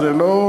זה בסדר גמור.